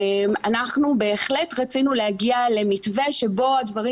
אנחנו בהחלט רצינו להגיע למתווה שבו הדברים